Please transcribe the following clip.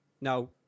now